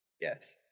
Yes